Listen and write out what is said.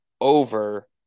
over